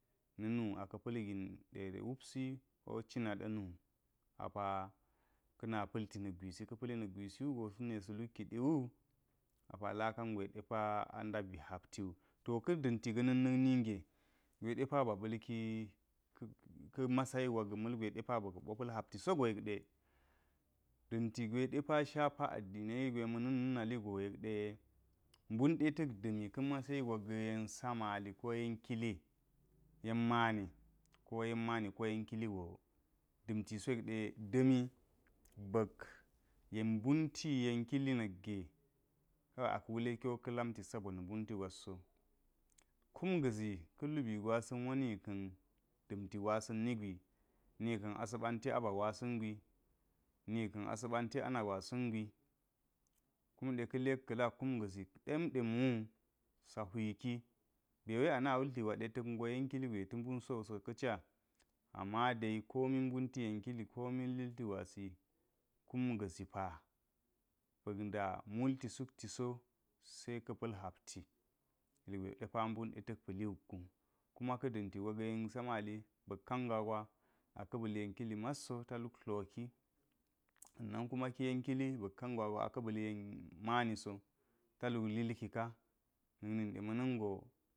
Na̱ nu aka̱ pa̱l gin dewupsi ko cina ɗa̱nu apa kana pa̱lti nik gwisii ka̱ pa̱li nik gwisi wu kume sa luk kidi wu apa la kangwe depa ala bu haptiwu. To ka̱ da̱nti ga̱na̱n nik ninge gwe depa ba ba̱lki ka mesayi gwa ga̱ ma̱lgwe ba̱ka̱ ɓo pa̱l hapti so go yek ɗe. Da̱n ti gwe depa shapa addine gwe ma̱nan na̱ nali go yek ɗe, mbunɗe ta̱k da̱mi, ka̱ mesayigwa ga̱ yen samali ko yen kili yen mani ko yen mani ko yen kili go da̱nti giwo yek ɗe da̱mi ba̱k yen mbunti yen kili nak ge kawai aka̱ wule ko ka lamti sabi na̱ mbunti gwasso. Kum ga̱zi ka̱ lubi gwasa̱n wo ni ka̱-da̱nti gwasan-nigwi ni ka̱n asa̱ ɓamti aba gwasa̱n gwini ka̱n asa ɓa̱mti ana gwassa̱n guri. Kume ka̱li yek lak kum ga̱zi dem-demwu, sa hwiki, be wai gwe mbumso so ca ama de koma̱n mbunti yen kili kome lilti gwasi, kum ga̱zi pa ba̱k nda multi sukti so se ka̱ pa̱l hapti ilgwe depa mbunɗepa ta̱k pa̱li wuggu. Kuma ka̱ da̱nti gwa ga̱ yen samali ba̱k kan gaa gwa aka̱ ba̱l yen killi mas so ta luk tloki. Sannan kuma ki yen kili ba̱k kan gaagwi aka yen mani so luk lilki ka̱ nak ninde ma̱na̱n go.